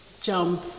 jump